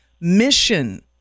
Mission